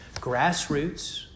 grassroots